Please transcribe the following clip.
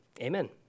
amen